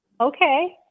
Okay